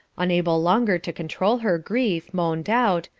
unable longer to control her grief, moaned out,